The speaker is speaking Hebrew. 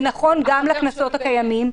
זה נכון גם לקנסות הקיימים,